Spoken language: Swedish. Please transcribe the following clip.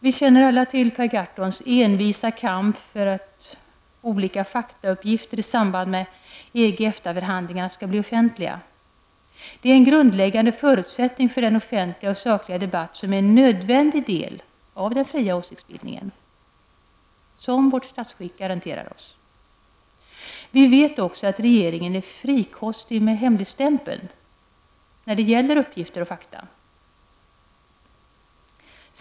Vi känner alla till Per Gahrtons envisa kamp för att olika faktauppgifter i samband med EG--EFTA förhandlingarna skall bli offentliga. Det är en grundläggande förutsättning för den offentliga och sakliga debatt som utgör en nödvändig del av den fria åsiktsbildning som vårt statsskick garanterar oss. Vi vet också att regeringen är frikostig i fråga om användningen av hemligstämpeln när det gäller uppgifter och fakta.